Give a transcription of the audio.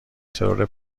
ترور